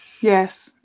yes